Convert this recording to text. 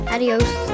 Adios